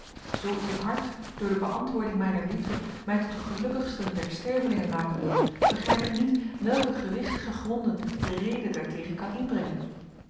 zoo uw hart door de beantwoording mijner liefde mij tot den gelukkigsten der stervelingen maken wil begrijp ik niet welke gewichtige gronden de rede daartegen kan inbrengen